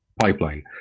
pipeline